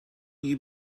you